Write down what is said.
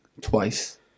twice